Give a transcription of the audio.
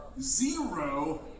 zero